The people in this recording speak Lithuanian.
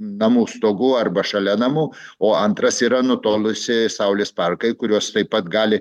namų stogų arba šalia namų o antras yra nutolusi saulės parkai kuriuos taip pat gali